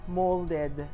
molded